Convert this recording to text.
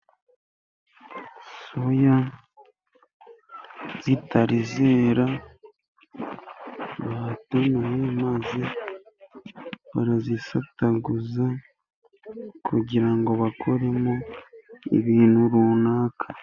Soya zitari zera batonoye maze barazisataguza kugira ngo bakoremo ibintu runaka.